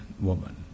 woman